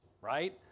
right